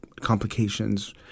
complications